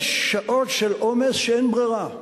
יש שעות של עומס שאין ברירה.